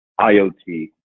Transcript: IoT